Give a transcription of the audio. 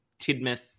Tidmouth